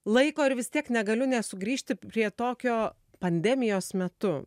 laiko ir vis tiek negaliu nesugrįžti prie tokio pandemijos metu